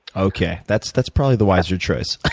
okay. that's that's probably the wiser choice.